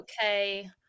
okay